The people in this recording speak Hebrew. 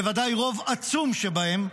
בוודאי רוב עצום שבהם,